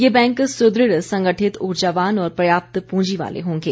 ये बैंक सुद्रढ़ संगठित ऊर्जावान और पर्याप्त प्रंजी वाले होंगे